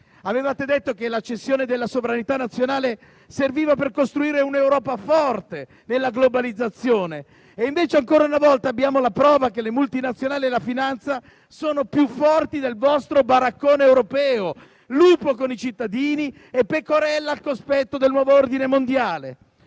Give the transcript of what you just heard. Avevate detto che la cessione della sovranità nazionale serviva per costruire un'Europa forte nella globalizzazione. Invece, ancora una volta abbiamo la prova che le multinazionali e la finanza sono più forti del vostro baraccone europeo, lupo con i cittadini e pecorella al cospetto del nuovo ordine mondiale.